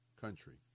country